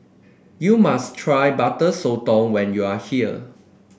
you must try Butter Sotong when you are here